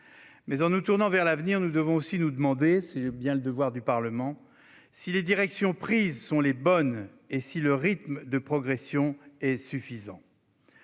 Mais, en nous tournant vers l'avenir, nous devons aussi nous demander- c'est bien le devoir du Parlement -si les directions prises sont les bonnes et si le rythme de progression est suffisant.